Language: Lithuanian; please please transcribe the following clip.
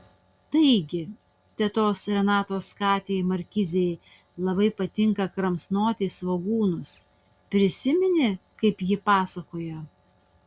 taigi tetos renatos katei markizei labai patinka kramsnoti svogūnus prisimeni kaip ji pasakojo